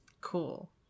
Cool